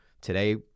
today